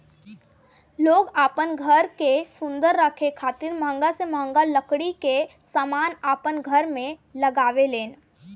लोग आपन घर के सुंदर रखे खातिर महंगा से महंगा लकड़ी के समान अपन घर में लगावे लेन